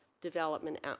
development